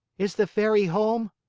is the fairy home?